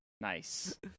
nice